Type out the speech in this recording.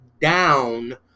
down